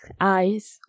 eyes